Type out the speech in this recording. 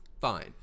fine